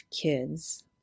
kids